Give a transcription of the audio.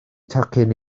tocyn